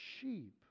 sheep